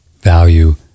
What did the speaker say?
value